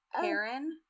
Karen